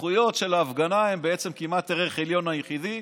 הזכויות של ההפגנה הן בעצם כמעט הערך העליון היחידי,